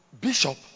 Bishop